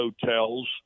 hotels